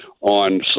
on